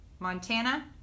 Montana